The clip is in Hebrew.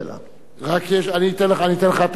אתה תלך כבר.